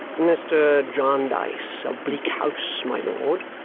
mr. jarndyce of bleak house, my lord,